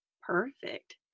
Perfect